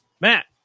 Matt